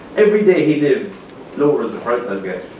every day he lives lowers the price i'll get.